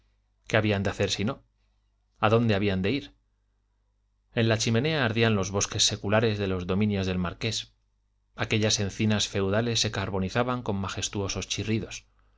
qué habían de hacer si no a dónde habían de ir en la chimenea ardían los bosques seculares de los dominios del marqués aquellas encinas feudales se carbonizaban con majestuosos chirridos